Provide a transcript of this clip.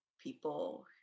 people